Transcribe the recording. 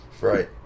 right